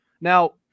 Now